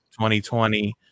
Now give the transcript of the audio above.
2020